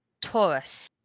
Taurus